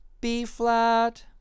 B-flat